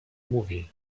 mówi